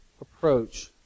approach